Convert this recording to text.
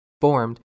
formed